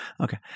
Okay